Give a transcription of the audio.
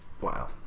Wow